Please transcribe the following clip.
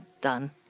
done